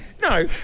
No